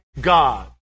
God